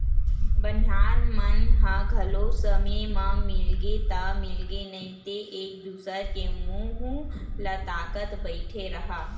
बनिहार मन ह घलो समे म मिलगे ता मिलगे नइ ते एक दूसर के मुहूँ ल ताकत बइठे रहा